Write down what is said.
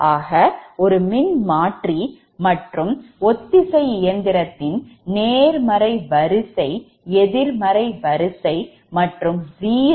ஆக ஒரு மின்மாற்றி மற்றும் ஒத்திசை இயந்திரத்தின் நேர்மறை வரிசை எதிர்மறை வரிசை மற்றும் zero வரிசை ஐ அறிந்து விட்டோம்